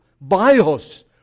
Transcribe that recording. Bios